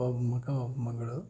ಒಬ್ಬ ಮಗ ಒಬ್ಬ ಮಗಳು